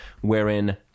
wherein